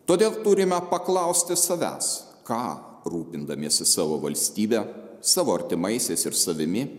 todėl turime paklausti savęs ką rūpindamiesi savo valstybe savo artimaisiais ir savimi